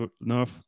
nerve